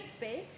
space